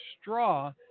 straw